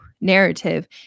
narrative